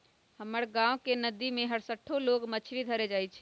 हमर गांव के नद्दी में हरसठ्ठो लोग मछरी धरे जाइ छइ